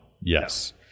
Yes